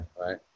right